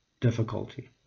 difficulty